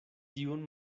tiun